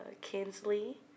Kinsley